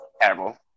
terrible